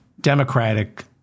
Democratic